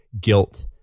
guilt